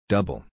Double